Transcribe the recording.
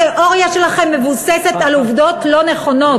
התיאוריה שלכם מבוססת על עובדות לא נכונות.